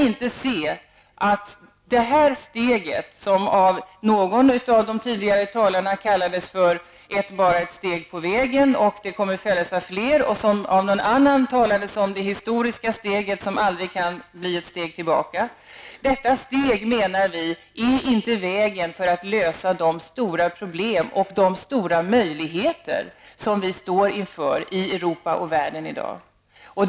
Det här steget kallades av någon av de tidigare talarna för bara ett steg på vägen som kommer att följas av fler. Någon annan talare kallade det för det historiska steget som aldrig kan bli ett steg tillbaka. Detta steg menar vi är inte den rätta vägen för att lösa de stora problem och öppna de stora möjligheter som vi står inför i Europa och världen i dag.